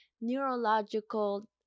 neurological